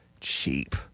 cheap